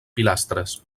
pilastres